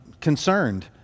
concerned